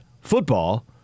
football